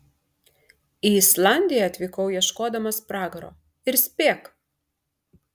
į islandiją atvykau ieškodamas pragaro ir spėk